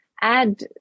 add